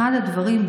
אחד הדברים,